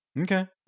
Okay